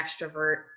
extrovert